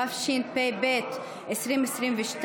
התשפ"ב 2022,